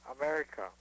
America